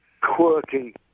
quirky